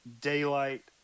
daylight